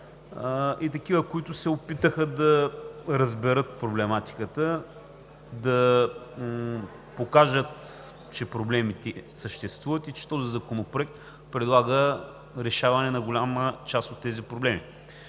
и такива, които се опитаха да разберат проблематиката, да покажат, че проблемите съществуват и че този законопроект предлага решаване на голяма част от тях.